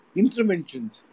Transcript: interventions